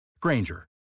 Granger